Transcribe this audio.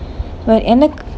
but எனக்கு:ennaku